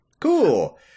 Cool